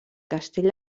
castell